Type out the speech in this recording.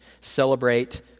celebrate